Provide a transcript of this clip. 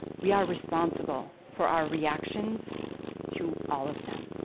we are responsible for our reactions to all of them.